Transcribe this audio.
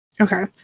Okay